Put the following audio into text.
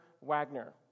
Wagner